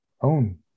own